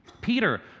Peter